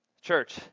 church